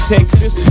Texas